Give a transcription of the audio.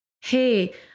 Hey